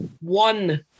one